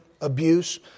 abuse